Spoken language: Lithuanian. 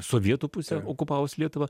sovietų pusę okupavus lietuvą